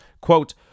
Quote